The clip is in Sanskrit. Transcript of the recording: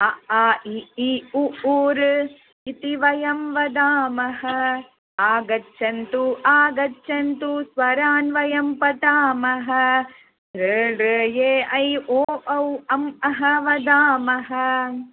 अ आ इ ई उ ऊ इति वयं वदामः आगच्छन्तु आगच्छन्तु स्वरान् वयं पठामः ॠ लृ ए ऐ ओ औ अं अः वदामः